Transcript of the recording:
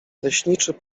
leśniczy